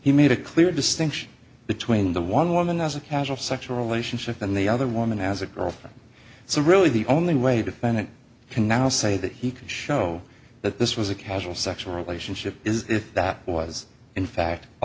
he made a clear distinction between the one woman as a casual sexual relationship and the other woman as a girlfriend so really the only way to find it can now say that he could show that this was a casual sexual relationship is if that was in fact a